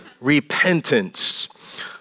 Repentance